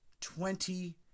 twenty